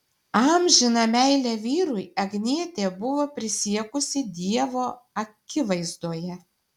amžiną meilę vyrui agnietė buvo prisiekusi dievo akivaizdoje